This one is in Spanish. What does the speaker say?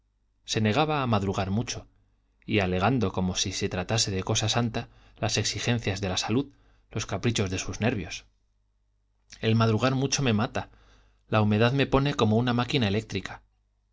se negaba a madrugar mucho y alegando como si se tratase de cosa santa las exigencias de la salud los caprichos de sus nervios el madrugar mucho me mata la humedad me pone como una máquina eléctrica